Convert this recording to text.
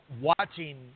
watching